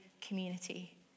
community